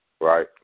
right